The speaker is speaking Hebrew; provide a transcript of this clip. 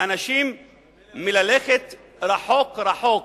אנשים מללכת רחוק-רחוק